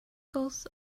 gulls